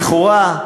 לכן, לכאורה,